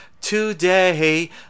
Today